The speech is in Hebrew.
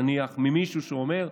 נניח ממישהו שאומר,